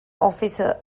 އޮފިސަރ